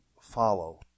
follow